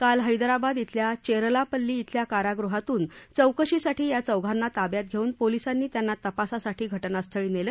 काल हैदराबाद इथल्या चेरलापल्ली इथल्या कारागृहातून चौकशी साठी या चौघांना ताब्यात घेऊन पोलिसांनी त्यांना तपासासाठी घटनास्थळी नेलं